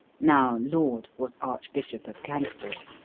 now laud was archbishop of canterbury.